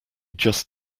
just